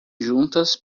juntas